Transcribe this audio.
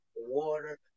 water